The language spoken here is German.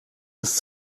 ist